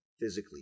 physically